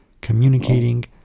communicating